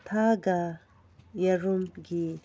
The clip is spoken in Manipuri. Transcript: ꯊꯥꯒ ꯌꯦꯔꯨꯝꯒꯤ